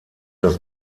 das